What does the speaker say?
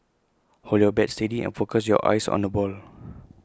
hold your bat steady and focus your eyes on the ball